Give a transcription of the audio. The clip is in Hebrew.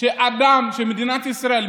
שאדם שמדינת ישראל,